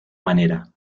manera